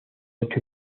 ocho